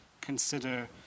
consider